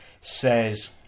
says